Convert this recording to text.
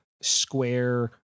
square